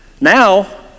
Now